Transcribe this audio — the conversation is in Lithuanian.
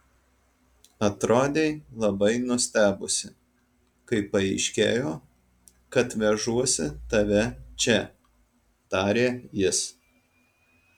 atrodei labai nustebusi kai paaiškėjo kad vežuosi tave čia tarė jis